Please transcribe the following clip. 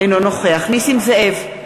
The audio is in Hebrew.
אינו נוכח נסים זאב,